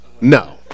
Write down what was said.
No